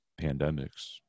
pandemics